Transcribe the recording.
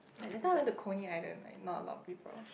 like that time I went to Coney Island like not a lot people